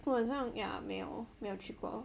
我好像 ya 没有没有去过